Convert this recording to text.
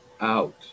out